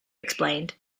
explained